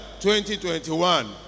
2021